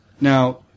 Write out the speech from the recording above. Now